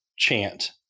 chant